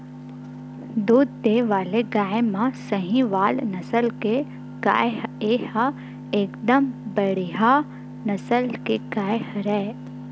दूद देय वाले गाय म सहीवाल नसल के गाय ह एकदम बड़िहा नसल के गाय हरय